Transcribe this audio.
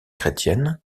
chrétienne